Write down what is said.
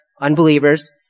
unbelievers